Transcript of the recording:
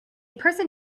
person